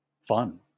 fun